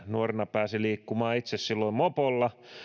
nuorena pääsi itse liikkumaan mopolla